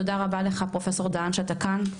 תודה רבה לך פרופסור דהן שאתה כאן,